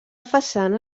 façana